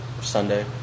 Sunday